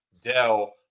Dell